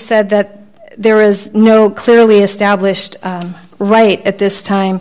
said that there is no clearly established right at this time